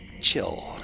chill